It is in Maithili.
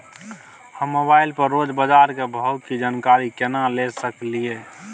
हम मोबाइल पर रोज बाजार के भाव की जानकारी केना ले सकलियै?